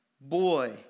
boy